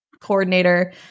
coordinator